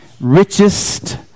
richest